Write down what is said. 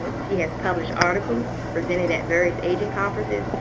she has published articles, presented at various aging conferences,